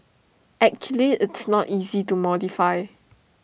actually it's not easy to modify